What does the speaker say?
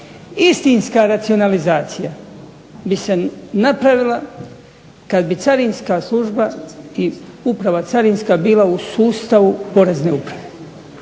Istinska racionalizacija bi se napravila kad bi Carinska služba i uprava carinska bila u sustavu Porezne uprave.